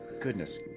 goodness